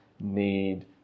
need